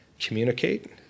communicate